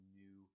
new